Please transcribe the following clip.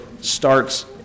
starts